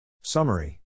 Summary